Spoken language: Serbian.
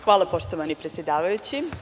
Hvala, poštovani predsedavajući.